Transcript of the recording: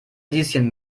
lieschen